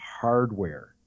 hardware